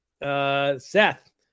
Seth